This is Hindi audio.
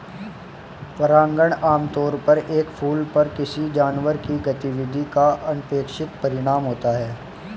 परागण आमतौर पर एक फूल पर किसी जानवर की गतिविधि का अनपेक्षित परिणाम होता है